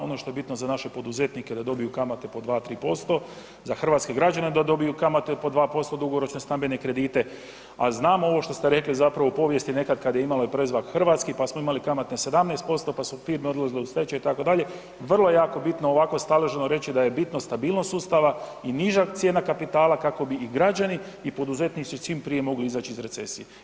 Ono što je bitno za naše poduzetnike da dobiju kamate po 2, 3%, za hrvatske građane da dobiju kamate po 2% dugoročne stambene kredite, a znamo ovo što ste rekli zapravo u povijesti nekad kad je imalo i predznak hrvatski pa smo imali kamate 17% pa su firme odlazile u stečaj itd., vrlo je jako bitno ovako staloženo reći da je bitno stabilnost sustava i niža cijena kapitala kako bi i građani i poduzetnici čim prije mogli izaći iz recesije.